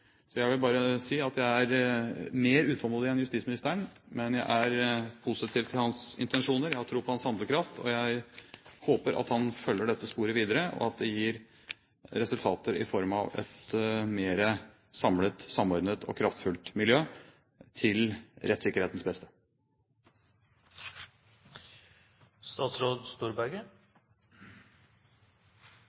Jeg vil bare si at jeg er mer utålmodig enn justisministeren, men jeg er positiv til hans intensjoner. Jeg har tro på hans handlekraft, og jeg håper at han følger dette sporet videre, og at det gir resultater i form av et mer samordnet og kraftfullt miljø til rettssikkerhetens